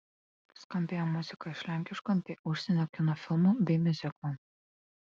skambėjo muzika iš lenkiškų bei užsienio kino filmų bei miuziklų